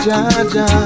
Jaja